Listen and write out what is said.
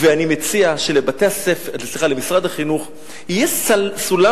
אני מציע שלמשרד החינוך יהיה סולם,